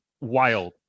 wild